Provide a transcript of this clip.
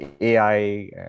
AI